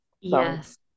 Yes